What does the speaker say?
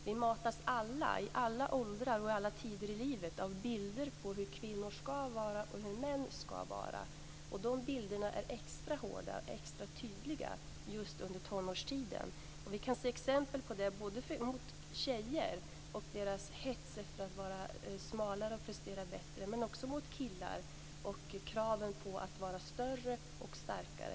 Vi matas alla, i alla åldrar och i alla tider i livet, av bilder på hur kvinnor skall vara och hur män skall vara. De bilderna är extra hårda och extra tydliga just under tonårstiden. Vi kan se exempel på det i fråga om tjejer och deras hets efter att vara smalare och prestera bättre, men också när det gäller killar och kraven på att vara större och starkare.